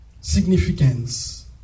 significance